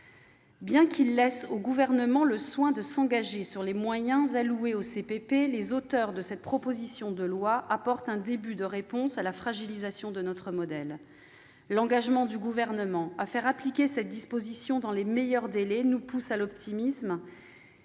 de loi laissent au Gouvernement le soin de s'engager sur les moyens alloués aux CPP, ils apportent un début de réponse à la fragilisation de notre modèle. L'engagement du Gouvernement à faire appliquer cette disposition dans les meilleurs délais nous pousse à l'optimisme.